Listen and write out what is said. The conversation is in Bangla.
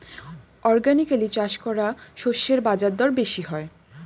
অর্গানিকালি চাষ করা শস্যের বাজারদর বেশি হয়